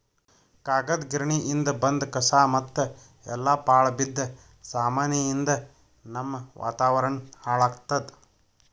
ಕಾಗದ್ ಗಿರಣಿಯಿಂದ್ ಬಂದ್ ಕಸಾ ಮತ್ತ್ ಎಲ್ಲಾ ಪಾಳ್ ಬಿದ್ದ ಸಾಮಾನಿಯಿಂದ್ ನಮ್ಮ್ ವಾತಾವರಣ್ ಹಾಳ್ ಆತ್ತದ